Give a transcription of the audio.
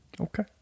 Okay